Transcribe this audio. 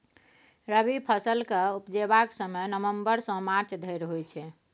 रबी फसल केँ उपजेबाक समय नबंबर सँ मार्च धरि होइ छै